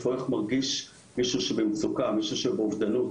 איך מרגיש מישהו שבמצוקה, מישהו שבאובדנות?